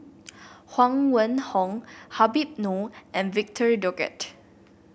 Huang Wenhong Habib Noh and Victor Doggett